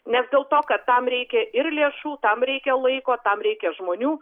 nes dėl to kad tam reikia ir lėšų tam reikia laiko tam reikia žmonių